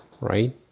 Right